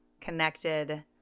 connected